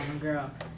Girl